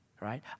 right